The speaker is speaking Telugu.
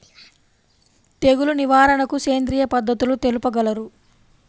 తెగులు నివారణకు సేంద్రియ పద్ధతులు తెలుపగలరు?